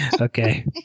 okay